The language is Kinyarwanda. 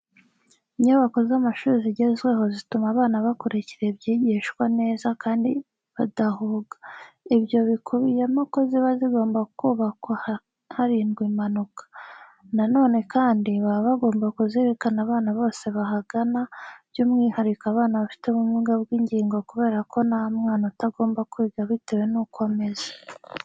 Inyubako z'amashuri zigezweho zituma abana bakurikira ibyigishwa neza kandi badahuga. Ibyo bikubiyemo ko ziba zigomba kubakwa hirindwa impanuka. Na none kandi, baba bagomba kuzirikana abana bose bahagana, by'umwihariko abana bafite ubumuga bw'ingingo kubera ko nta mwana utagomba kwiga bitewe nuko ameze.